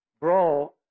Bro